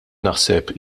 naħseb